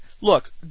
look